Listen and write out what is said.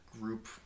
group